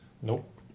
Nope